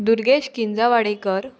दुर्गेश किंजा वाडेकर